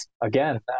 again